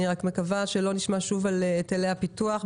אני מקווה שלא נשמע שוב על היטלי הפיתוח.